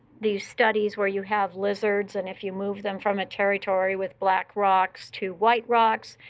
these studies where you have lizards and if you move them from a territory with black rocks to white rocks,